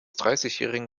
dreißigjährigen